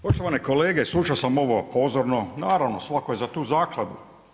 Poštovane kolege, slušao sam ovo pozorno, naravno svako je za tu zakladu.